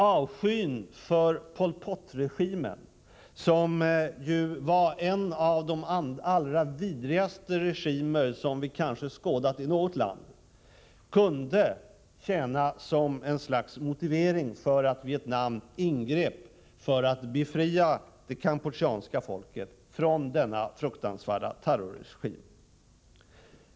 Avskyn för Pol Pot-regimen, som var en av de allra vidrigaste regimer som vi kanske skådat i något land, kunde tjäna som ett slags motiv för Vietnam att ingripa för att befria det kampucheanska folket från denna fruktansvärda terrorregim.